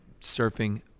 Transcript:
surfing